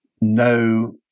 no